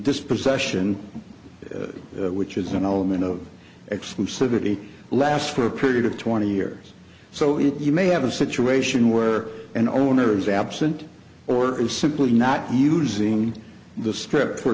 dispossession which is an element of exclusivity lasts for a period of twenty years so if you may have a situation where an owner is absent or is simply not using the